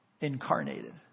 incarnated